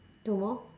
two more